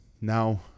Now